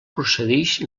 procedix